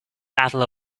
battle